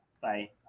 Bye